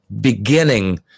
beginning